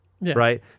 right